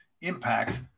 impact